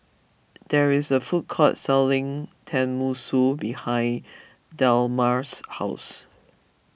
there is a food court selling Tenmusu behind Delmar's house